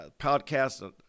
podcast